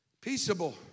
Peaceable